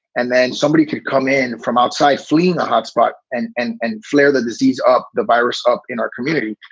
and then somebody could come in from outside fleeing the hotspot and and and flare the disease up, the virus up in our community.